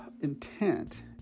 intent